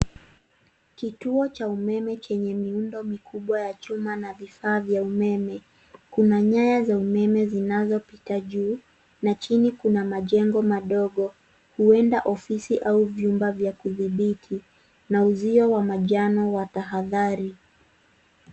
Kituo cha umeme chenye miundo mikubwa ya chuma na vifaa vya umeme. Kuna nyaya za umeme zinazopita juu na chini kuna majengo madogo huenda ofisi au vyumba vya kudhibiti na uzio wa manjano wa tahadhari.